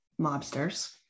mobsters